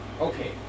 Okay